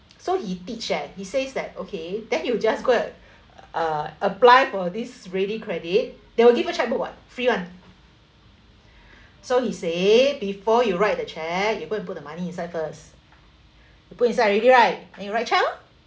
so he teach that he says that okay then you just go and uh apply for this ready credit they will give a chequebook [what] free [one] so he say before you write the cheque you go and put the money inside first you put inside already right then you write cheque lor